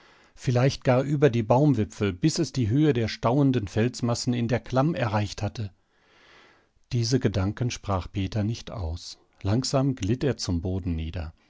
vielleicht gar über die baumwipfel bis es die höhe der stauenden felsmassen in der klamm erreicht hatte diese gedanken sprach peter nicht aus langsam glitt er zum boden nieder